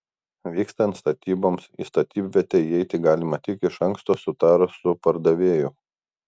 vykstant statyboms į statybvietę įeiti galima tik iš anksto sutarus su pardavėju